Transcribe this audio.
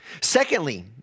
Secondly